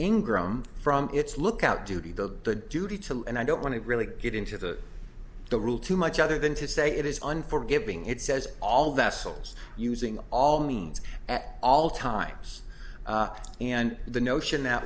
ingrown from its lookout duty the duty to and i don't want to really get into the the rule too much other than to say it is on forgiving it says all vessels using all means at all times and the notion that